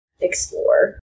explore